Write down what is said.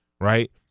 right